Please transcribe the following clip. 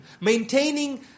Maintaining